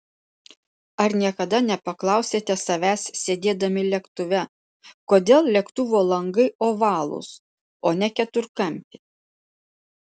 ar niekada nepaklausėte savęs sėdėdami lėktuve kodėl lėktuvo langai ovalūs o ne keturkampi